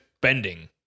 Bending